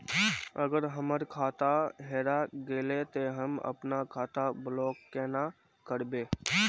अगर हमर खाता हेरा गेले ते हम अपन खाता ब्लॉक केना करबे?